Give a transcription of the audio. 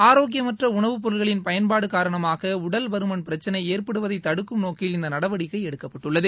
ஆரோக்கியமற்ற உணவுப்பொருட்கள் பயன்பாடு காரணமாக உடல்பருமன் பிரச்சினை ஏற்படுவதை தடுக்கும் நோக்கில் இந்த நடவடிக்கை எடுக்கப்பட்டுள்ளது